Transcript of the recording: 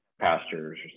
Pastures